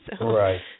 Right